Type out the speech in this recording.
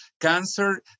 cancer